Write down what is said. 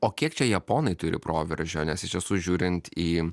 o kiek čia japonai turi proveržio nes iš tiesų žiūrint į